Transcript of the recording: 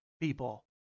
people